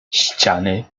ściany